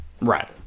Right